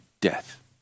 death